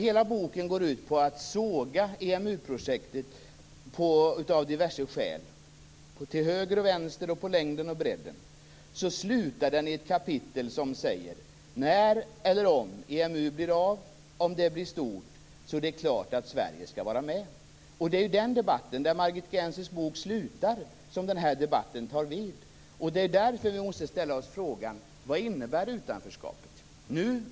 Hela boken går ut på att såga EMU projektet av diverse skäl, till höger och vänster och på längden och bredden. Men den avslutas med ett kapitel som säger: När eller om EMU blir av och om det blir stort är det klart att Sverige skall vara med. Där Margit Gennsers bok slutar tar den här debatten vid. Vi måste då ställa oss frågan: Vad innebär utanförskapet?